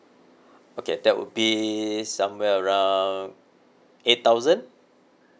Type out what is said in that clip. okay that would be somewhere around eight thousand